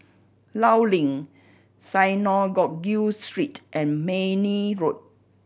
Law Link Synagogue Street and Mayne Road